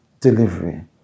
delivery